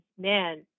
man